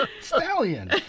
stallion